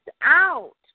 out